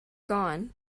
gone